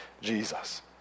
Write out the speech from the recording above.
Jesus